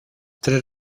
tres